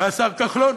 והשר כחלון,